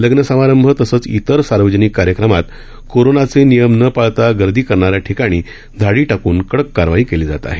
लग्न समारंभ तसंच इतर सार्वजनिक कार्यक्रमात कोरोनाचे नियम न पाळता गर्दी करणाऱ्या ठिकाणी धाडी टाकून कडक कारवाई केली जात आहे